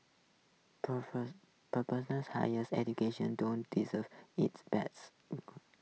highers education don't deserve its bad